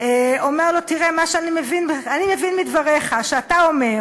ואומר לו: אני מבין מדבריך שאתה אומר